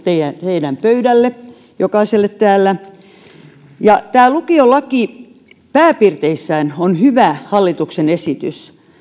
teidän pöydälle jokaiselle täällä tämä lukiolaki pääpiirteissään on hyvä hallituksen esitys